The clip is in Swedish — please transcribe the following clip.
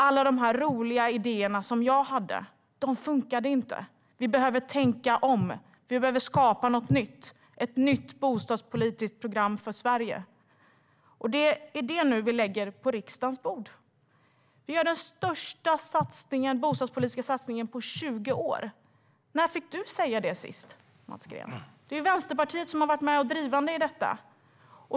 Alla roliga idéer jag hade funkade inte. Vi behöver tänka om. Vi behöver skapa ett nytt bostadspolitiskt program för Sverige. Det är det vi nu lägger på riksdagens bord. Vi gör den största bostadspolitiska satsningen på 20 år. När fick du säga det sist, Mats Green? Vänsterpartiet har varit drivande i detta.